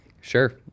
sure